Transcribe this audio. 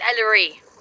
Ellery